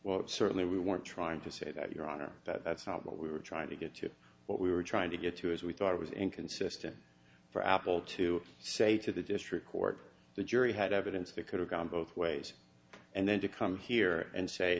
well certainly we weren't trying to say that your honor that's not what we were trying to get you what we were trying to get to is we thought it was inconsistent for apple to say to the district court the jury had evidence that could have gone both ways and then to come here and say